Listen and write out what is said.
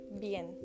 bien